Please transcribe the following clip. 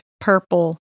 purple